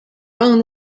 own